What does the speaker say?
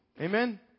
Amen